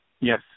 Yes